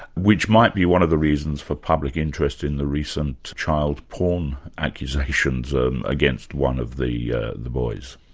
which might be one of the reasons for public interest in the recent child porn accusations against one of the ah the boys.